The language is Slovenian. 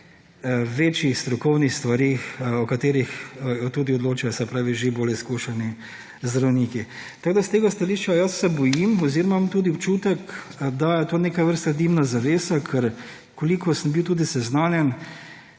večjih strokovnih stvareh, o katerih tudi odločajo, se pravi, že bolj izkušeni zdravniki. Tako da, s tega stališča, jaz se bojim oziroma imam tudi občutek, da je to neke vrste dimna zavesa, ker koliko sem bil tudi seznanjen,